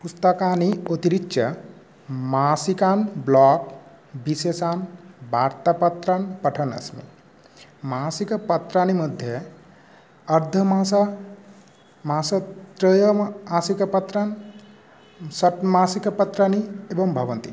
पुस्तकानि अतिरिच्य मासिकान् ब्लाग् विशेषान् वार्तापत्रान् पठन् अस्मि मासिकपत्राणि मध्ये अर्धमास मासत्रयं मासिकपत्रान् षड्मासिकपत्राणि एवं भवन्ति